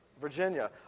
Virginia